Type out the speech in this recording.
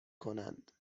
کنند